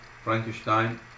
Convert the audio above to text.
Frankenstein